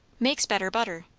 makes better butter.